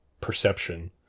perception